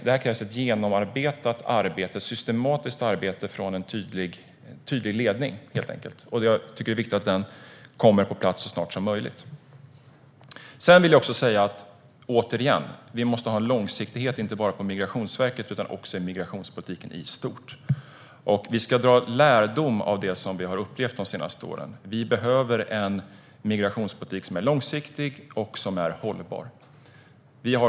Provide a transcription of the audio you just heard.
Det krävs ett systematiskt arbete från en tydlig ledning, och jag tycker att det är viktigt att den kommer på plats så snart som möjligt. Jag vill återigen säga att vi måste ha en långsiktighet inte bara på Migrationsverket utan i migrationspolitiken i stort. Vi ska dra lärdom av det som vi har upplevt de senaste åren. Vi behöver en migrationspolitik som är långsiktig och som är hållbar.